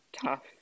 tough